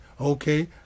okay